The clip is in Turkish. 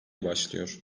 başlıyor